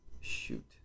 Shoot